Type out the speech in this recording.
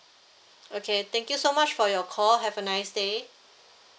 okay thank you so much for your call have a nice day